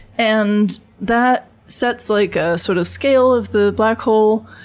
and that sets like a, sort of, scale of the black hole.